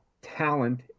Talent